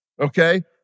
okay